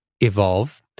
evolve